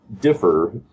differ